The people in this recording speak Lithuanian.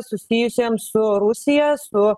susijusiem su rusija su